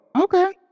okay